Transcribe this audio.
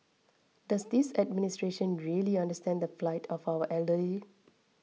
does this administration really understand the plight of our elderly